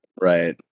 right